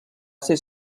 ser